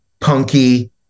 punky